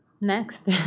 Next